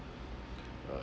uh